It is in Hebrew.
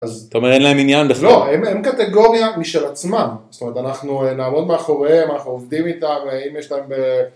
אז... אתה אומר אין להם עניין בכלל. לא, הם קטגוריה משל עצמם. ז'תומרת, אנחנו נעמוד מאחוריהם, אנחנו עובדים איתם. אם יש להם...